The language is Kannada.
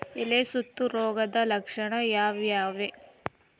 ಎಲೆ ಸುತ್ತು ರೋಗದ ಲಕ್ಷಣ ಯಾವ್ಯಾವ್?